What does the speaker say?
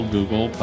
Google